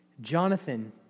Jonathan